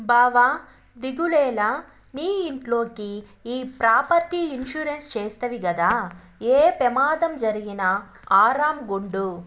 బావా దిగులేల, నీ ఇంట్లోకి ఈ ప్రాపర్టీ ఇన్సూరెన్స్ చేస్తవి గదా, ఏ పెమాదం జరిగినా ఆరామ్ గుండు